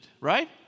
right